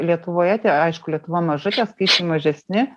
lietuvoje tie aišku lietuva maža tie skaičiai mažesni